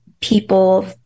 people